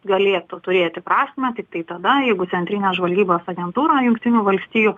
galėtų turėti prasmę tiktai tada jeigu centrinė žvalgybos agentūra jungtinių valstijų